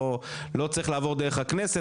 לא צריך לעבור דרך הכנסת,